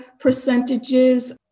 percentages